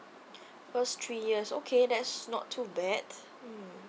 first three years okay that's not too bad